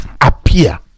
appear